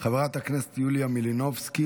חברת הכנסת יוליה מלינובסקי,